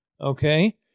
Okay